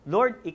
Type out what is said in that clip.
Lord